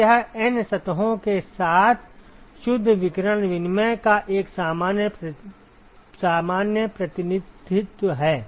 तो यह N सतहों के साथ शुद्ध विकिरण विनिमय का एक सामान्य प्रतिनिधित्व है